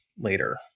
later